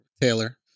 Taylor